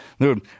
Dude